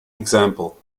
example